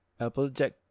Applejack